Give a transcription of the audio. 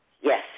Yes